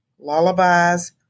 lullabies